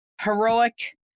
Heroic